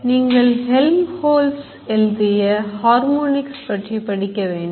நீங்கள் Helmholtz எழுதிய Harmonics பற்றி படிக்க வேண்டும்